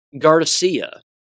Garcia